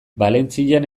valentzian